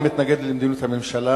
אני מתנגד למדיניות הממשלה,